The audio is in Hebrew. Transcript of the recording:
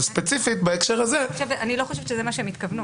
אבל ספציפית בקשר הזה --- אני לא חושבת שזה מה שהם התכוונו.